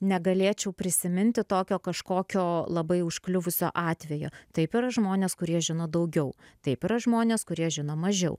negalėčiau prisiminti tokio kažkokio labai užkliuvusio atveju taip yra žmonės kurie žino daugiau taip yra žmonės kurie žino mažiau